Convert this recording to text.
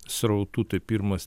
srautų tai pirmas